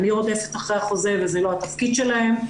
אני רודפת אחרי החוזה וזה לא התפקיד שלהן.